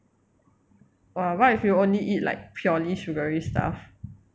err what if you only eat like purely sugary stuff